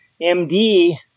MD